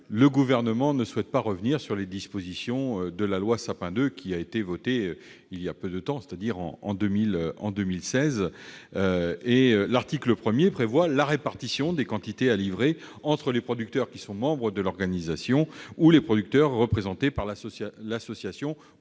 le Gouvernement ne souhaite pas revenir sur les dispositions de la loi Sapin II, qui a été votée il y a peu de temps, en 2016. L'article 1 prévoit la répartition des quantités à livrer entre les producteurs qui sont membres de l'organisation ou les producteurs représentés par l'association et